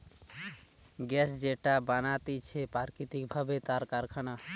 gas যেটা বানাতিছে প্রাকৃতিক ভাবে তার কারখানা